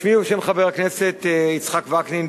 בשמי ובשם חבר הכנסת יצחק וקנין,